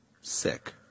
Sick